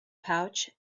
pouch